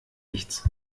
nichts